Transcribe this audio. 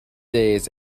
days